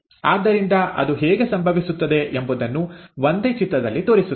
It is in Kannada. ಆದ್ದರಿಂದ ಅದು ಹೇಗೆ ಸಂಭವಿಸುತ್ತದೆ ಎಂಬುದನ್ನು ಒಂದೇ ಚಿತ್ರದಲ್ಲಿ ತೋರಿಸುತ್ತೇನೆ